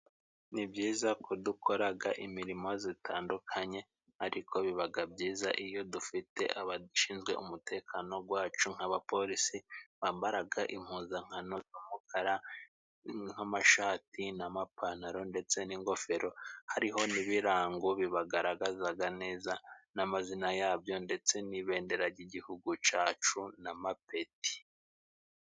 Ni byiza ko dukora imirimo itandukanye, ariko biba byiza iyo dufite abashinzwe umutekano wacu. Nk'abapolisi bambara impuzankano z'umukara n'amashati n'amapantaro, ndetse n'ingofero, hariho n'ibirango bibagaragaza neza n'amazina yabyo, ndetse n'ibendera ry'Igihugu cyacu n'amapeti.